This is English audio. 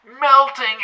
Melting